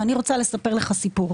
ואני רוצה לספר לך סיפור.